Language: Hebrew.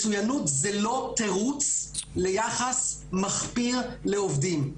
מצוינות היא לא תירוץ ליחס מחפיר לעובדים.